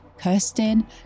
Kirsten